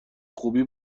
خوبی